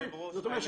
זאת אומרת,